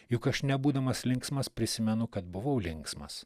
juk aš nebūdamas linksmas prisimenu kad buvau linksmas